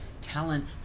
talent